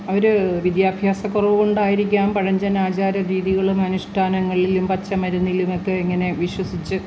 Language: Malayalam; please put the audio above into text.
അവർ വിദ്യാഭ്യാസ കുറവുകൊണ്ടായിരിക്കാം പഴഞ്ചൻ ആചാര രീതികളും അനുഷ്ഠാനങ്ങളിലും പച്ചമരുന്നിലും ഒക്കെ ഇങ്ങനെ വിശ്വസിച്ച്